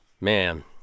Man